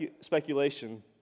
speculation